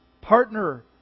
partner